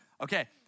okay